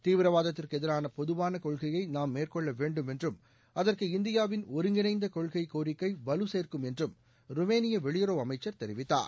தீவிரவாதத்திற்கு எதிரான பொதுவான கொள்கையை நாம் மேற்கொள்ள வேண்டும் என்றும் அதற்கு இந்தியாவின் ஒருங்கிணைந்த கொள்கை கோரிக்கை வலு சேர்க்கும் என்றும் ருமேனியா வெளியுறவு அமைச்சர் தெரிவித்தார்